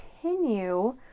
continue